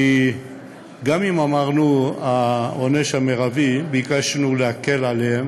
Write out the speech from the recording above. כי גם אם אמרנו העונש המרבי, ביקשנו להקל עליהם,